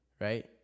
Right